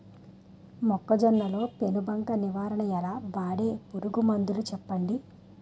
మొక్కజొన్న లో పెను బంక నివారణ ఎలా? వాడే పురుగు మందులు చెప్పండి?